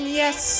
yes